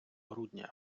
грудня